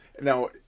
Now